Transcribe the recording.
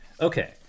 Okay